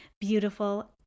beautiful